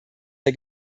der